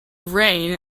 rain